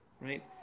right